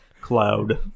Cloud